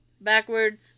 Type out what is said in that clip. backward